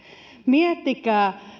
miettikää